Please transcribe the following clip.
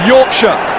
Yorkshire